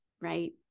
Right